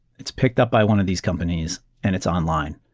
it's picked up by one of these companies and it's online.